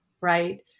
right